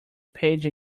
page